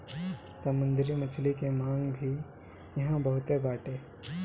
समुंदरी मछली के मांग भी इहां बहुते बाटे